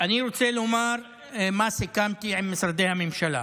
שהיא חלק ממחלה אוטואימונית.) אני רוצה לומר מה סיכמתי עם משרדי הממשלה.